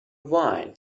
while